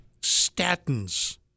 Statins